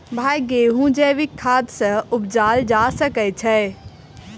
भाई गेंहूँ जैविक खाद सँ उपजाल जा सकै छैय?